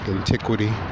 antiquity